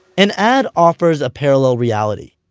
an ad offers a parallel reality.